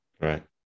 Right